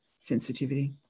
sensitivity